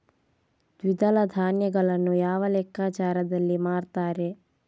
ದ್ವಿದಳ ಧಾನ್ಯಗಳನ್ನು ಯಾವ ಲೆಕ್ಕಾಚಾರದಲ್ಲಿ ಮಾರ್ತಾರೆ?